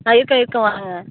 ஆ இருக்கேன் இருக்கேன் வாங்க